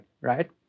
right